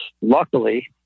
luckily